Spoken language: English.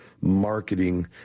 Marketing